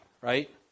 right